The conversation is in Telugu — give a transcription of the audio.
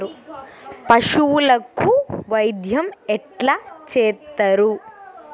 పశువులకు వైద్యం ఎట్లా చేత్తరు?